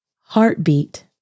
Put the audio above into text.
Heartbeat